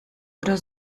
oder